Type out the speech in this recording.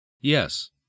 Yes